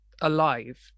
alive